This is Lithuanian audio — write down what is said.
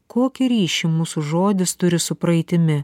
kokį ryšį mūsų žodis turi su praeitimi